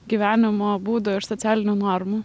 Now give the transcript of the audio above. gyvenimo būdo ir socialinių normų